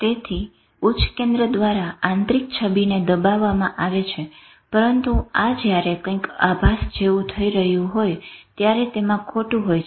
તેથી ઉચ્ચ કેન્દ્ર દ્વારા આંતરિક છબીને દબાવવામાં આવે છે પરંતુ આ જયારે કંઈક આભાસ જેવું થઇ રહ્યું હોય ત્યારે તેમાં ખોટું હોય છે